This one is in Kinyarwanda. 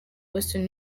western